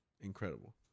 incredible